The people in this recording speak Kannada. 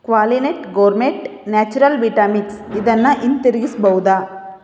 Qualinut Gourmet Natural Vita Mix ಇದನ್ನು ಹಿಂತಿರ್ಗಿಸ್ಬೌದಾ